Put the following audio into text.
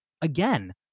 again